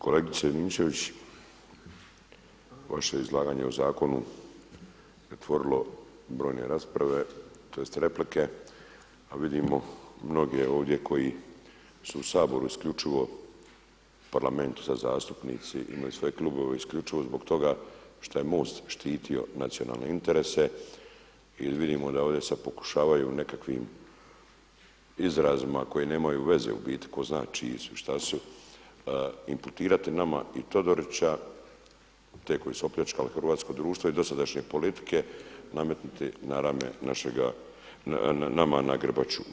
Kolegice Ninčević, vaše izlaganje o zakonu pretvorilo u brojne rasprave tj. replike, a vidimo mnoge ovdje koji su u Saboru isključivo u Parlamentu sada zastupnici imaju svoje klubovi isključivo zbog toga šta je MOST štitio nacionalne interese i vidimo da ovdje sada pokušavaju nekakvim izrazima koji nemaju veze u biti tko zna čiji su i šta su, imputirati nama i Todorića, te koji su opljačkali hrvatsko društvo i dosadašnje politike nametnuti na rame našega, nama na grbaču.